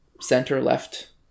center-left